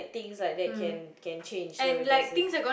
things like that can can change so there's a